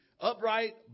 Upright